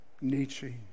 Nietzsche